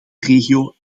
regio